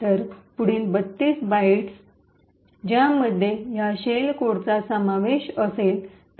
तर पुढील ३२ बाइट्स ज्यामध्ये या शेल कोडचा समावेश असेल